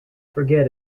forget